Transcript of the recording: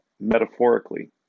metaphorically